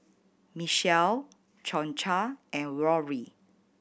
Michele Concha and Rory